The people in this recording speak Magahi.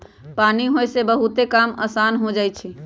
पानी होय से बहुते काम असान हो जाई छई